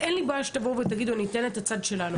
אין לי בעיה שתבואו ותיתנו את הצד שלכם,